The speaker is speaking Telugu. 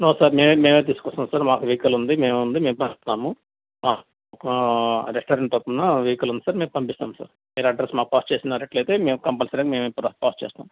నో సార్ మేమే మేమే తీసుకొస్తాము సార్ మాకు వెహికల్ ఉంది వ్యాన్ ఉంది మేము పంపిస్తాము రెస్టారెంట్ తరపున వెహికల్ ఉంది సార్ మేము పంపిస్తాము సార్ మీరు అడ్రస్ మాకు పాస్ చేసిట్లయితే మేము కంపల్సరీగా మేమే ప్రా పాస్ చేస్తాము